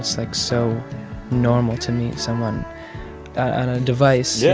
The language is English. like, so normal to meet someone on a device, yeah